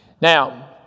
Now